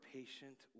patient